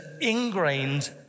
ingrained